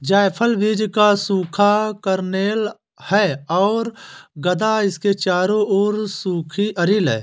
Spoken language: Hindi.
जायफल बीज का सूखा कर्नेल है और गदा इसके चारों ओर सूखी अरिल है